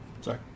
sorry